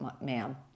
ma'am